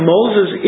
Moses